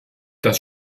das